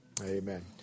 Amen